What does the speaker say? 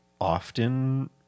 often